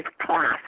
class